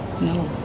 No